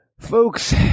Folks